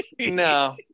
no